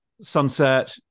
sunset